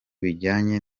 bijyanye